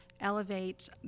elevate